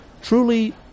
truly